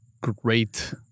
Great